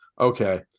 okay